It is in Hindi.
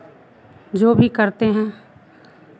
जो भी करते हैं